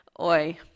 Oi